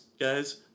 guys